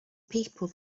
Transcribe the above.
people